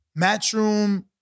Matchroom